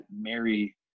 Mary